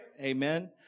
Amen